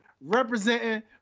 representing